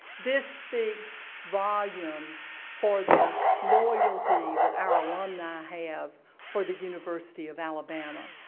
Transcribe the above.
this speaks volumes for the loyalty that our alumni have for the university of alabama.